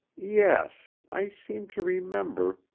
yes i seem to remember,